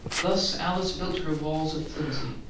thus alice built her walls of flimsy,